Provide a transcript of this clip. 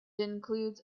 includes